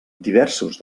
diversos